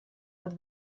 dat